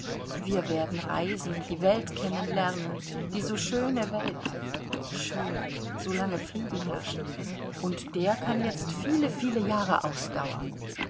wir werden reisen die welt kennen lernen die so schöne welt schön solange frieden herrscht und der kann jetzt viele viele jahre ausdauern